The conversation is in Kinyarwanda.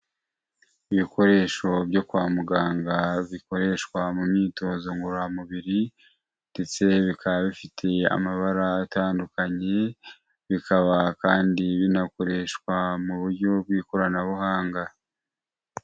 Ibikoresho byo kwa muganga bikoreshwa mu myitozo ngororamubiri ndetse bikaba bifite amabara atandukanye, bikaba kandi binakoreshwa mu buryo bw'ikoranabuhanga.